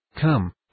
Come